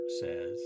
says